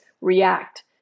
react